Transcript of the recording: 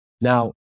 Now